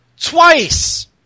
Twice